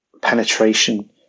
penetration